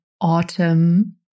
autumn